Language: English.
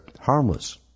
harmless